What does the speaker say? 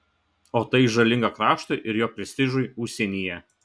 o tai žalinga kraštui ir jo prestižui užsienyje